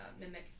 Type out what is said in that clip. mimic